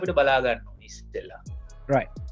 Right